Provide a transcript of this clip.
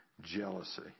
jealousy